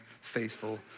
faithful